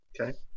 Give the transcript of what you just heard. Okay